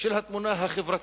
של התמונה החברתית,